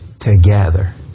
together